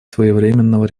своевременного